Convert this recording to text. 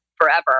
forever